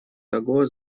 того